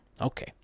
Okay